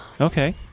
Okay